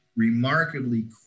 remarkably